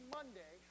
Monday